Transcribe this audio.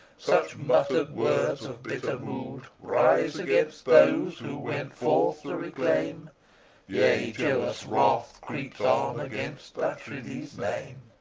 such muttered words of bitter mood rise against those who went forth to reclaim yea, jealous wrath creeps on against th' atrides' name.